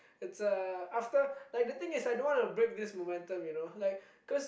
it's a after like the thing is I don't wanna break this momentum you know like cause